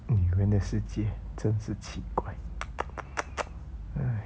女人的世界真是奇怪